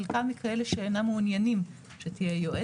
חלקם כאלה שאינם מעוניינים שתהיה יועצת.